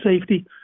safety